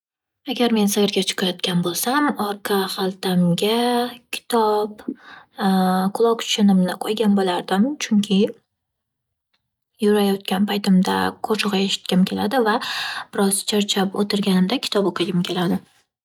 Agar men sayrga chiqayotgan bo'lsam, orqa xaltamga kitob quloqchinimni qo'ygan bo'lardim. Chunki yurayotgan paytimda qoshig' eshitgim keladi va biroz charchab o'tirganimda kitob o'qigim keladi.